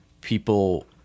people